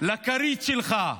לכרית שלך,